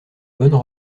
bonnes